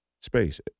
space